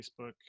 Facebook